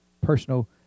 personal